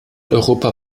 europa